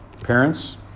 Parents